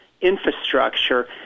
infrastructure